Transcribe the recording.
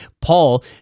Paul